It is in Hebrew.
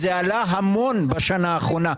זה עלה המון בשנה האחרונה.